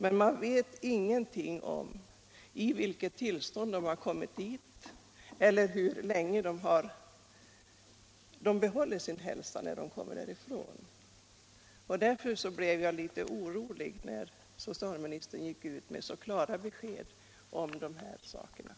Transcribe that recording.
Man vet heller inte någonting om i vilket tillstånd de var när de kom dit eller hur länge de behåller sin hälsa sedan vistelsen på Tallmogården upphört. Det var därför naturligt att jag blev litet orolig när socialministern gick ut med så klara besked på denna punkt.